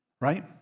Right